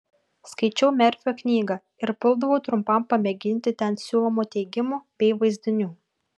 skaičiau merfio knygą ir puldavau trumpam pamėginti ten siūlomų teigimų bei vaizdinių